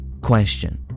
question